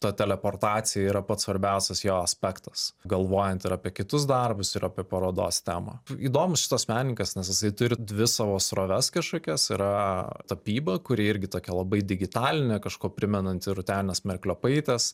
ta teleportacija yra pats svarbiausias jo aspektas galvojant ir apie kitus darbus ir apie parodos temą įdomus šitas menininkas nes jisai turi dvi savo sroves kažkokias yra tapyba kuri irgi tokia labai digitalinė kažkuo primenanti rūtenės merkliopaitės